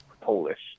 polish